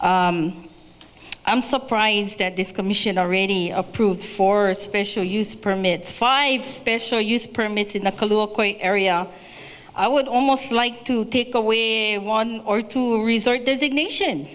denied i'm surprised that this commission already approved for special use permits five special use permits in the area i would almost like to take away one or two resort does ignition